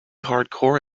hardcore